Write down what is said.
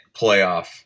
playoff